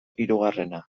hirugarrena